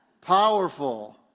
Powerful